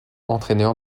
entraîneur